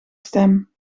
stem